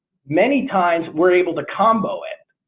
many times we're able to combo it.